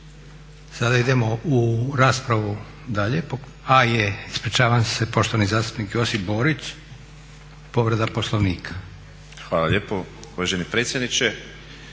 Sada idemo u raspravu dalje. Ispričavam se, poštovani zastupnik Josip Borić, povreda poslovnika. **Borić, Josip (HDZ)** Hvala lijepo uvaženi predsjedniče.